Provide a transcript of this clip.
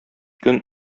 көн